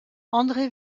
andrée